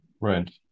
Right